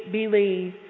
believe